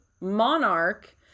monarch